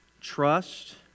Trust